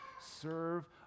serve